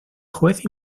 juez